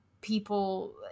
people